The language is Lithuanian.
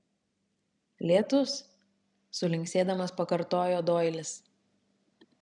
lietus sulinksėdamas pakartojo doilis